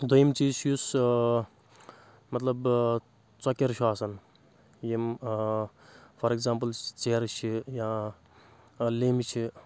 دٔیِم چیٖز چھُ یُس مطلب ژۄکِیر چھُ آسان یِم فار ایٚگزامپٕل ژیرٕ چھِ یا لیمبۍ چھِ